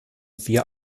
wir